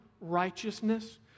righteousness